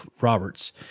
Roberts